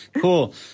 Cool